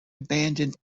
abandoned